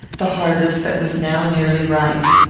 the harvest that was now nearly ripe.